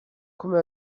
come